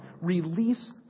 release